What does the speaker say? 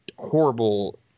horrible